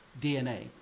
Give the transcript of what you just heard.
DNA